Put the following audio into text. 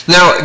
Now